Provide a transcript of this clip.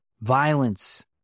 violence